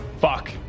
Fuck